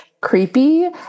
creepy